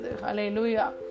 Hallelujah